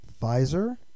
Pfizer